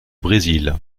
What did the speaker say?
brésil